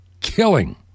killing